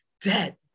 dead